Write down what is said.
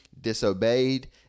disobeyed